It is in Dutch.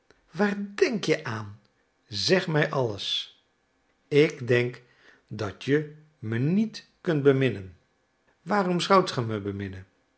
waar denk je aan zeg mij alles ik denk dat je mij niet kunt beminnen waarom zoudt ge mij beminnen